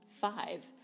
five